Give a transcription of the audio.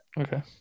Okay